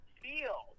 feel